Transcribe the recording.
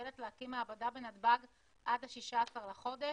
מסוגלת להקים מעבדה בנתב"ג עד ה-16 לחודש?